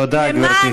תודה, גברתי.